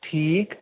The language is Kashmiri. ٹھیٖک